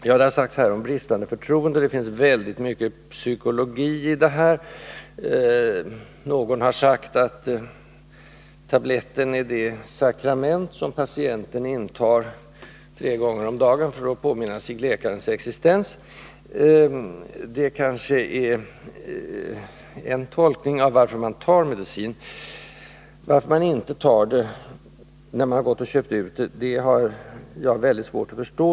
Det har här talats om bristande förtroende, och det finns mycket psykologi i detta. Någon har sagt att tabletten är det sakrament som patienten intar tre gånger om dagen för att påminna sig vad läkaren sagt. Det kanske är en tolkning av varför man tar medicin. Att man inte tar medicinen när man har köpt ut den har jag väldigt svårt att förstå.